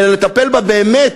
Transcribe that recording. אלא לטפל בה באמת,